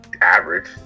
average